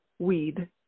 weed